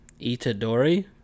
Itadori